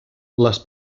les